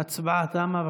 ההצבעה תמה.